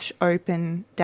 open